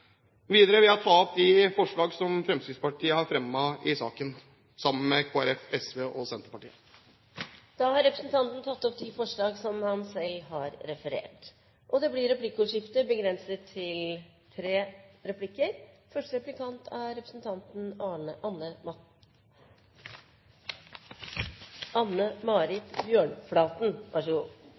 Videre vil jeg ta opp de forslagene som Fremskrittspartiet har fremmet alene i saken og de sammen med Kristelig Folkeparti, SV og Senterpartiet. Representanten Bård Hoksrud har tatt opp de forslagene han refererte til. Det blir replikkordskifte. Igjen argumenterer Fremskrittspartiet og representanten Hoksrud med at Norge er